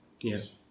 Yes